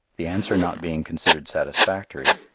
the answer not being considered satisfactory,